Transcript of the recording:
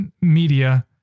media